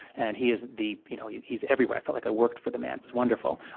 and he is the you know yeah he's everywhere. i felt like i worked for the man. it was wonderful.